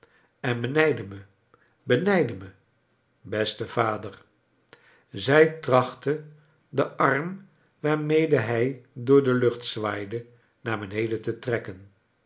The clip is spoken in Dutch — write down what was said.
en benijdden me benijdden me beste vader zij trachtte den arm waarmede hij door de lucht zwaaide naar beneden te trekken